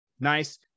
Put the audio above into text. nice